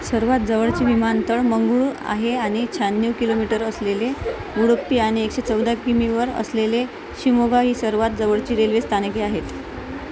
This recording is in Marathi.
सर्वात जवळचे विमानतळ मंगळूर आहे आणि शहाण्णव किलोमीटर असलेले उडुपी आणि एकशे चौदा कि मीवर असलेले शिमोगा ही सर्वात जवळची रेल्वे स्थानके आहेत